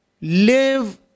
live